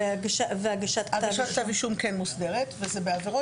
הגשת כתב אישום כן מוסדרת וזה בעבירות